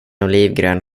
olivgrön